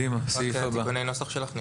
נירית, יש לך תיקוני נוסח?